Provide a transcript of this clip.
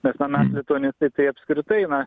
bet va mes lituanistai tai apskritai na